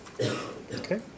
Okay